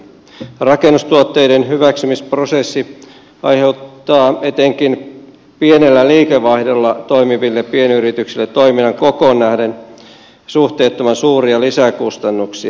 rakennustuotteiden hyväksymisprosessi aiheuttaa etenkin pienellä liikevaihdolla toimiville pienyrityksille toiminnan kokoon nähden suhteettoman suuria lisäkustannuksia